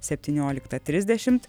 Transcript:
septynioliktą trisdešimt